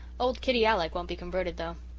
old kitty alec won't be converted though.